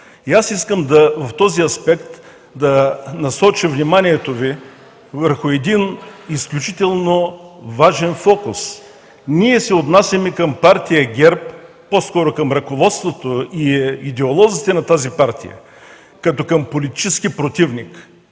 важно! В този аспект искам да насоча вниманието Ви върху един изключително важен фокус. Ние се отнасяме към Партия ГЕРБ, по-скоро към ръководството и идеолозите на тази партия, като към политически противник.